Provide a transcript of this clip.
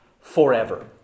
forever